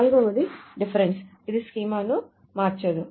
నాల్గవది డిఫరెన్స్ ఇది స్కీమాను మార్చదు